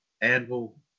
Anvil